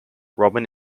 robin